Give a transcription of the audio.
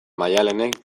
maialenek